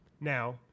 Now